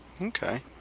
Okay